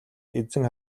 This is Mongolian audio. эзэн